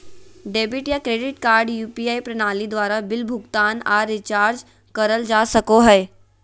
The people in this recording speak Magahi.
डेबिट या क्रेडिट कार्ड यू.पी.आई प्रणाली द्वारा बिल भुगतान आर रिचार्ज करल जा सको हय